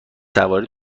سواری